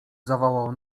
zawołał